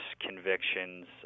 convictions